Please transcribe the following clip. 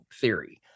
theory